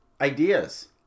ideas